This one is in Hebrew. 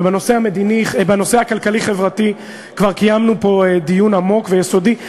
ובנושא הכלכלי-חברתי כבר קיימנו פה דיון עמוק ויסודי,